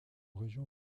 région